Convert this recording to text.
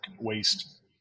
waste